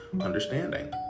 understanding